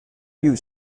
you